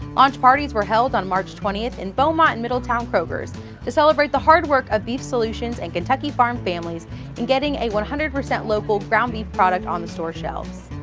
launch parties were held on march twenty in beaumont and middletown krogers to celebrate the hard work of beef solutions and kentucky farm families in getting a one hundred percent local, ground beef product on the store shelves.